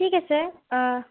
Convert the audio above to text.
ঠিক আছে